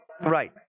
Right